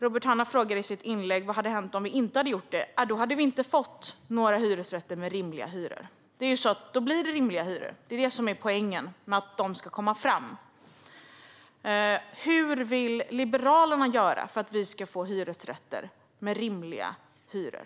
Robert Hannah frågade i sitt anförande vad som hade hänt om vi inte hade gjort det. Ja, då hade vi inte fått några hyresrätter med rimliga hyror. Det är ju så att det blir rimliga hyror med detta. Det är det som är poängen - att de ska komma fram. Hur vill Liberalerna göra för att vi ska få hyresrätter med rimliga hyror?